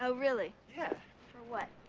ah really? yeah. for what?